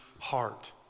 heart